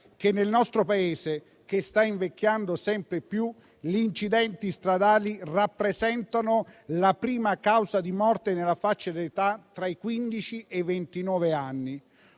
che nel nostro Paese, che sta invecchiando sempre più, gli incidenti stradali rappresentano la prima causa di morte nella fascia d'età tra i quindici